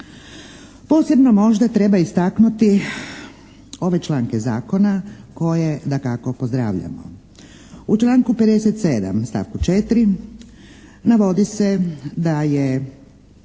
Posebno možda treba istaknuti ove članke zakona koje dakako pozdravljamo. U članku 57. stavku 4. navodi se da je,